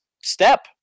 step